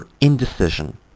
indecision